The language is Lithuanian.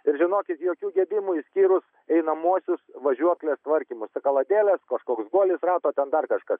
ir žinokit jokių gedimų išskyrus einamuosius važiuoklės tvarkymosi kaladėlės kažkoks guolis rato ten dar kažkas